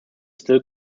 still